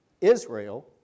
Israel